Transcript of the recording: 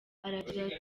aragira